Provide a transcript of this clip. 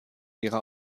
ihrer